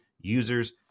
users